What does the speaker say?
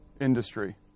industry